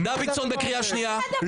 דוידסון, קריאה שנייה.